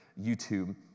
YouTube